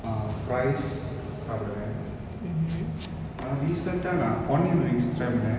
uh fries சாப்பிடுவன்:sappiduvan recent ah நா:na onion rings try பண்ணன்:pannan